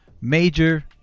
major